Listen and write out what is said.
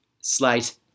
slate